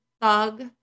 Thug